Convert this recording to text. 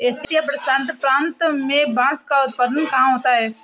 Asia प्रशांत प्रांत में बांस का उत्पादन कहाँ होता है?